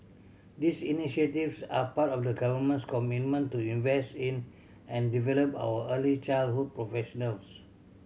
these initiatives are part of the Government's commitment to invest in and develop our early childhood professionals